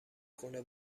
خونه